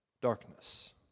darkness